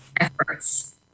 efforts